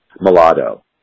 mulatto